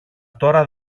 τώρα